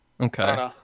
Okay